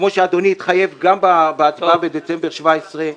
כמו שאדוני התחייב גם בהצבעה בדצמבר 2017?